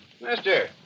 mister